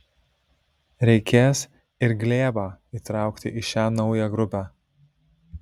reikės ir glėbą įtraukti į šią naują grupę